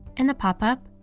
in the pop-up,